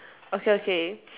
okay okay